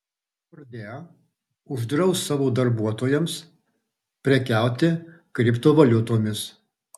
nordea uždraus savo darbuotojams prekiauti kriptovaliutomis